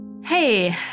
Hey